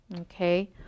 Okay